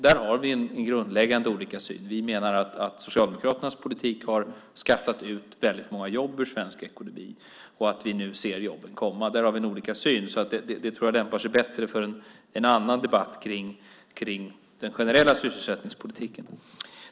Där har vi olika grundläggande syn. Vi menar att Socialdemokraternas politik har skattat ut väldigt många jobb ur svensk ekonomi och att vi nu ser jobben komma. Där har vi olika syn, så det tror jag lämpar sig bättre för en annan debatt kring den generella sysselsättningspolitiken.